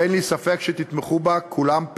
ואין לי ספק שתתמכו בה כולכם פה-אחד.